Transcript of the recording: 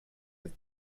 his